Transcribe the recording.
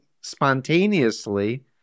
spontaneously